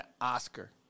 Oscar